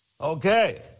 Okay